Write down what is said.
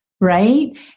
right